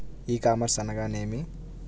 ఈ కామర్స్ అనగా నేమి?